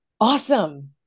Awesome